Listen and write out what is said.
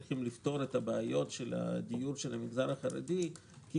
שצריך לפתור את בעיות הדיור של המגזר החרדי כי